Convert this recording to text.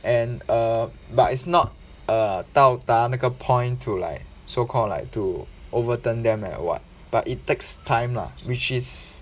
and uh but it's not a 到达那个 point to like so called like to overturn them or what but it takes time lah which is